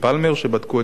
שבדקו את האירוע.